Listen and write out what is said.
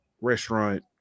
restaurant